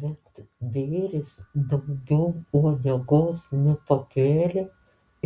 bet bėris daugiau uodegos nepakėlė